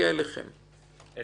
את